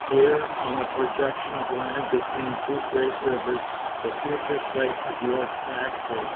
here, on the projection of land between two great rivers the future site of york factory